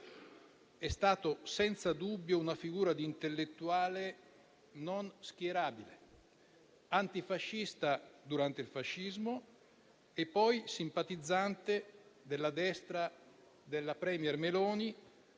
È stato senza dubbio una figura di intellettuale non schierabile: antifascista durante il fascismo e poi simpatizzante della destra della *premier* Meloni